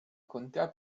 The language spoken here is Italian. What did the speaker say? contea